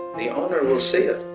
the owner will see it